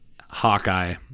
Hawkeye